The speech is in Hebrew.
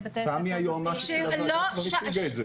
תמי, היועמ"שית של הוועדה, כבר הציגה את זה.